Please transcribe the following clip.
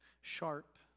sharp